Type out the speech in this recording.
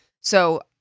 So-